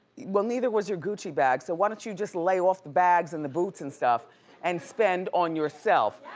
well, neither was your gucci bag so why don't you just lay off the bags and the boots and stuff and spend on yourself?